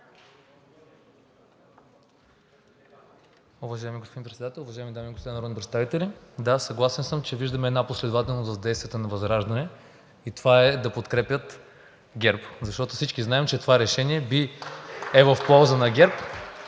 Уважаеми господин Председател, уважаеми дами и господа народни представители. Да, съгласен съм, че виждаме една последователност в действията на ВЪЗРАЖДАНЕ и това е да подкрепят ГЕРБ, защото всички знаем, че това решение е в полза на ГЕРБ